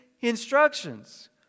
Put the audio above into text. instructions